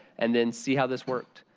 and then see how this worked.